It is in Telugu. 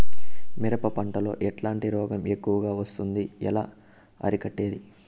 మిరప పంట లో ఎట్లాంటి రోగం ఎక్కువగా వస్తుంది? ఎలా అరికట్టేది?